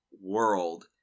World